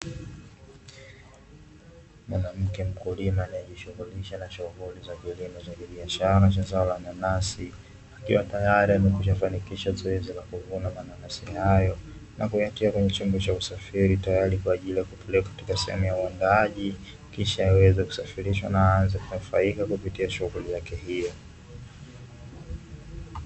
Mwanamke mkulima anajishughulisha na shughuli za kilimo cha kibiashara na cha zao la nanasi, akiwa tayari amekwishafanikisha zoezi la kuvuna mananasi hayo na kuyatia kwenye chombo cha usafiri, tayari kwa ajili ya kupelekwa katika sehemu ya uandaaji, kisha yaweze kusafirishwa na aanze kunufaika kupitia shughuli yake hiyo.